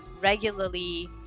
regularly